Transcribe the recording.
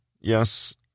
yes